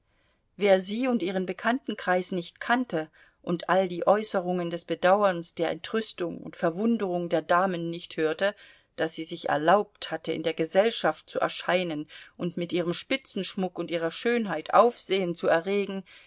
wer sie und ihren bekanntenkreis nicht kannte und all die äußerungen des bedauerns der entrüstung und verwunderung der damen nicht hörte daß sie sich erlaubt hatte in der gesellschaft zu erscheinen und mit ihrem spitzenschmuck und ihrer schönheit aufsehen zu erregen